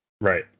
right